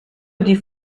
die